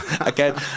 again